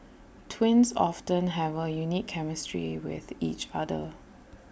twins often have A unique chemistry with each other